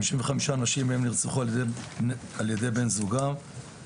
חמישים וחמש נשים נרצחו על ידי בן זוגן,